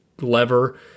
lever